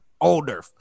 older